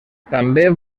també